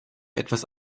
etwas